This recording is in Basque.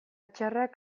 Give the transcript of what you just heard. txarrak